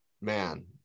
man